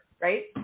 right